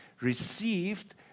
received